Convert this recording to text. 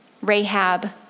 Rahab